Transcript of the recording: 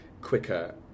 quicker